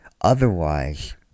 otherwise